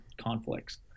conflicts